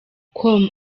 com